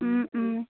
ও ও